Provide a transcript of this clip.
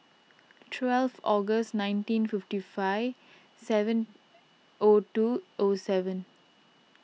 twelve August nineteen fifty five seven O two O seven